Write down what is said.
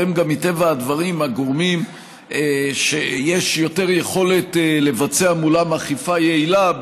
והם גם מטבע הדברים הגורמים שיש יותר יכולת לבצע מולם אכיפה יעילה,